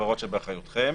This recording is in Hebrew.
החברות שבאחריותכם,